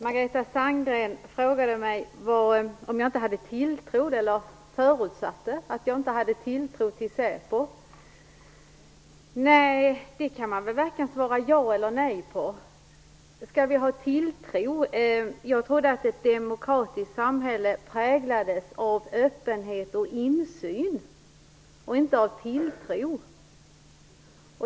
Fru talman! Det var många saker. Margareta Sandgren förutsatte att jag inte hade tilltro till Säpo. Det kan man väl varken svara ja eller nej på. Skall vi ha tilltro? Jag trodde att ett demokratiskt samhälle präglades av öppenhet och insyn och inte av tilltro.